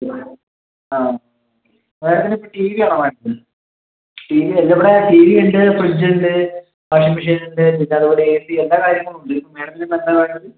ആ മാഡത്തിന് ഇപ്പം ടി വി ആണോ വേണ്ടത് ടി വി അല്ല ഇവിടെ ടി വി ഉണ്ട് ഫ്രിഡ്ജ് ഉണ്ട് വാഷിംഗ് മെഷീൻ ഉണ്ട് പിന്നെ അതുപോലെ എ സി എല്ലാ കാര്യങ്ങളും ഉണ്ട് മാഡത്തിന് ഇപ്പം എന്താണ് വേണ്ടത്